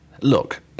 look